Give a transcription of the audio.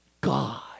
God